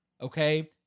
Okay